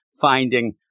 finding